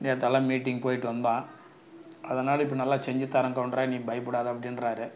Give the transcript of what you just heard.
நேற்று எல்லாம் மீட்டிங் போய்விட்டு வந்தோம் அதனால் இப்போ நல்லா செஞ்சித்தரோம் கவுண்டரே நீ பயப்படாதே அப்படின்றாரு